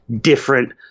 different